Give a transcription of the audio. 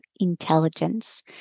intelligence